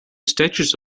statues